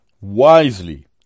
wisely